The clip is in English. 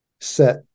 set